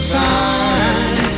time